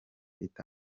ita